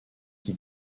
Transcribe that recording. qui